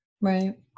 Right